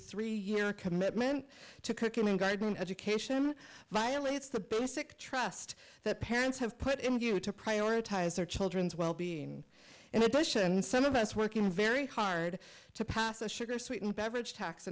three year commitment to cooking and gardening education violates the basic trust that parents have put in view to prioritize their children's well being in addition some of us working very hard to pass a sugar sweetened beverage tax